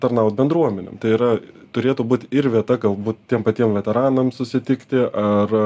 tarnaut bendruomenėm tai yra turėtų būt ir vieta galbūt tiem patiem veteranam susitikti ar